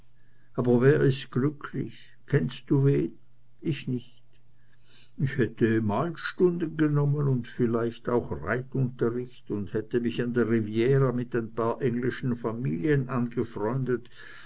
aber wer ist glücklich kennst du wen ich nicht ich hätte malstunden genommen und vielleicht auch reitunterricht und hätte mich an der riviera mit ein paar englischen familien angefreundet